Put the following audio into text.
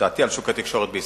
התקשורת בישראל.